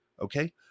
okay